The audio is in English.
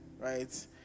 right